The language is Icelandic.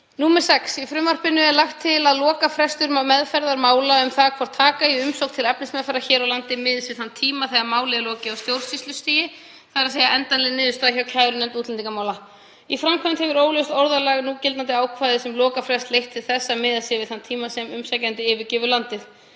gegn. 6. Í frumvarpinu er lagt til að lokafrestur meðferðar mála um það hvort taka eigi umsókn til efnismeðferðar hér á landi miðist við þann tíma þegar máli er lokið á stjórnsýslustigi, þ.e. endanlega niðurstöðu hjá kærunefnd útlendingamála. Í framkvæmd hefur óljóst orðalag núgildandi ákvæðis um lokafrest leitt til þess að miða sé við þann tíma sem umsækjandi yfirgefur landið.